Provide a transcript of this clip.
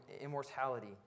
immortality